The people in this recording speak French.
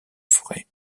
forêt